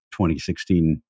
2016